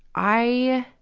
i,